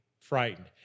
frightened